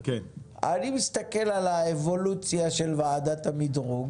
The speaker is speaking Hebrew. אני מסתכל על האבולוציה של ועדת המדרוג